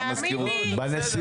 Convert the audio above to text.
גם